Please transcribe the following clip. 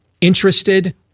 interested